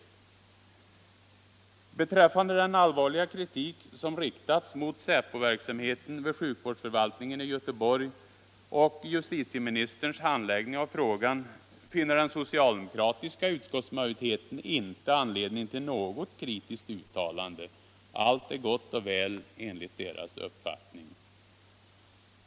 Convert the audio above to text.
Vad beträffar den allvarliga kritik som kan riktas mot säpoverksamheten vid sjukvårdsförvaltningen i Göteborg och justitieministerns handläggning av frågan finner den socialdemokratiska utskottsmajoriteten inte anledning till något kritiskt uttalande. Allt är gott och väl enligt dess uppfattning.